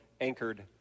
anchored